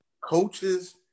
coaches